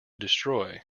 destroy